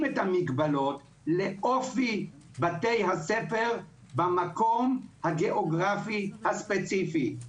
את המגבלות לאופי בתי הספר במקום הגיאוגרפי הספציפי.